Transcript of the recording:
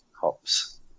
hops